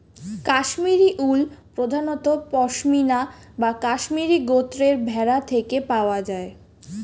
কাশ্মীরি উল প্রধানত পশমিনা বা কাশ্মীরি গোত্রের ভেড়া থেকে পাওয়া যায়